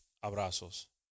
abrazos